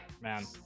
Man